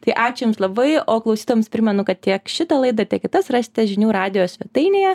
tai ačiū jums labai o klausytojams primenu kad tiek šitą laidą tiek kitas rasite žinių radijo svetainėje